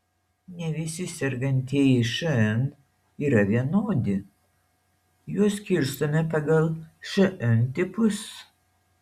ne visi sergantieji šn yra vienodi juos skirstome pagal šn tipus